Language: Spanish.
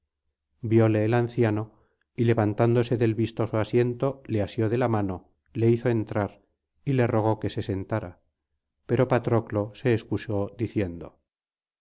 viole el anciano y levantándose del vistoso asiento le asió de la mano le hizo entrar y le rogó que se sentara pero patroclo se excusó diciendo